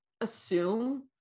assume